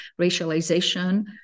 racialization